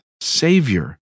Savior